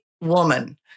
woman